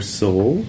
soul